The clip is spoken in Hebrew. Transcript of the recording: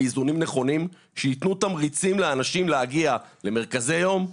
באיזונים נכונים שייתנו תמריצים לאנשים להגיע למרכזי יום.